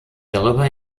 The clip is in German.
darüber